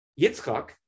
Yitzchak